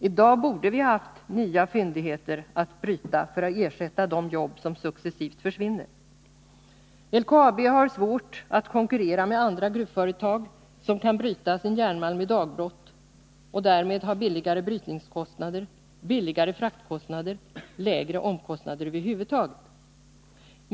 I dag borde vi ha haft nya fyndigheter att bryta för att ersätta de jobb som successivt försvinner. LKAB har svårt att konkurrera med andra gruvföretag som kan bryta sin järnmalm i dagbrott och som därmed har lägre brytningskostnader, lägre fraktkostnader, lägre omkostnader över huvud taget.